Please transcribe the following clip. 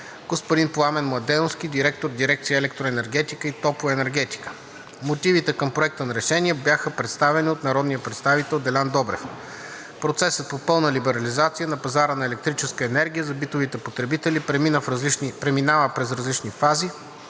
господин Пламен Младеновски – директор на дирекция „Електроенергетика и топлоенергетика“. Мотивите към Проекта на решение бяха представени от народния представител Делян Добрев. Процесът по пълна либерализация на пазара на електрическа енергия за битовите потребители преминава през различни фази,